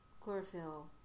chlorophyll